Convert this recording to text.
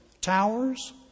Towers